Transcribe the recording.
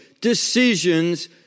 decisions